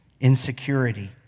insecurity